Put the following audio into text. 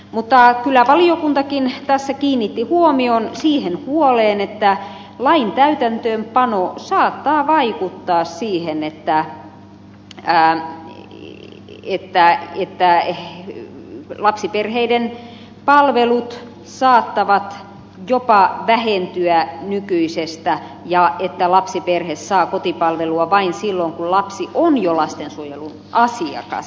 mutta kyllä valiokuntakin tässä kiinnitti huomion siihen puoleen että lain täytäntöönpano saattaa vaikuttaa siihen että lapsiperheiden palvelut saattavat jopa vähentyä nykyisestä ja lapsiperhe saa kotipalvelua vain silloin kun lapsi on jo lastensuojelun asiakas